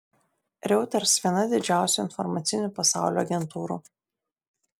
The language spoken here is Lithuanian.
reuters viena didžiausių informacinių pasaulio agentūrų